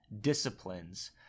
disciplines